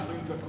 משאל עם,